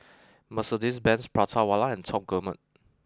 Mercedes Benz Prata Wala and Top Gourmet